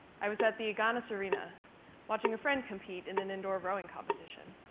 i was at the agganis arena watching a friend compete in an indoor rowing competition.